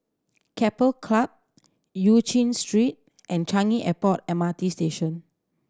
Keppel Club Eu Chin Street and Changi Airport M R T Station